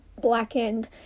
blackened